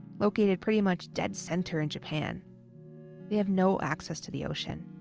located pretty much dead center in japan. they have no access to the ocean.